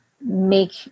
make